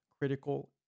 critical